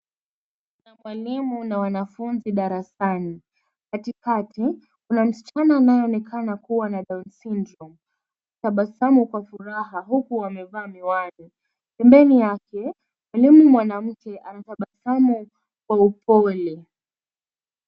Kuna mwalimu na wanafunzi darasani. Katikati kuna msichana anayeonekana kuwa na down syndrome , tabasamu kwa furaha huku amevaa miwani. Pembeni yake mwalimu mwanamke anatabasamu kwa upole.